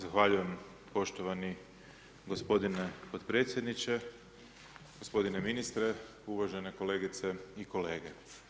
Zahvaljujem poštovani gospodine podpredsjedniče, gospodine ministre, uvažena kolegice i kolege.